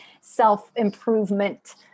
self-improvement